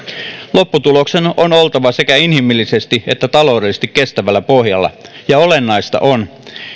lopputuloksen on oltava sekä inhimillisesti että taloudellisesti kestävällä pohjalla ja olennaista on